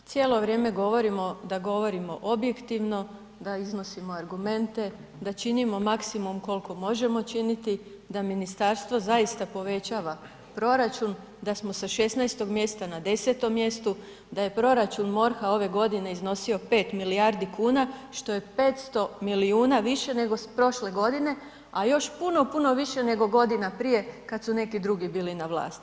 Kolega Stričak, cijelo vrijeme govorimo da govorimo objektivno, da iznosimo argumente, da činimo maksimum koliko možemo činiti, da ministarstvo zaista povećava proračun, da smo sa 16.-tog mjesta na 10.-tom mjestu, da je proračun MORH-a ove godine iznosio 5 milijardi kuna što je 500 milijuna više nego prošle godine a još puno, puno više nego godina prije kada su neki drugi bili na vlasti.